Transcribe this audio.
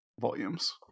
volumes